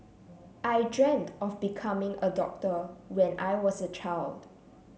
I dreamt of becoming a doctor when I was a child